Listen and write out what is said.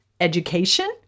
education